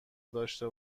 داشته